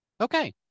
Okay